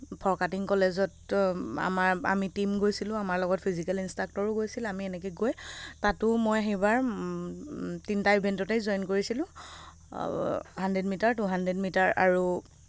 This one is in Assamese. ফৰকাটিং কলেজত আমাৰ আমি টীম গৈছিলোঁ আমাৰ লগত ফিজিকেল ইনষ্ট্ৰাকটৰো গৈছিল আমি এনেকে গৈ তাতো মই সেইবাৰ তিনটা ইভেণ্টতেই জইন কৰিছিলোঁ hundred metre two hundred metre আৰু